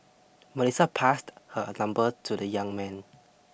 Melissa passed her number to the young man